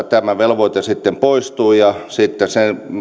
tämä velvoite sitten poistuu ja sitten